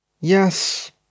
Yes